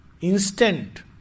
Instant